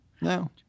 No